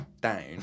down